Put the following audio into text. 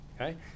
okay